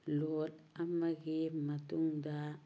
load ꯑꯃꯒꯤ ꯃꯇꯨꯡꯗ